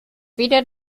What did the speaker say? wieder